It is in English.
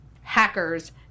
hackers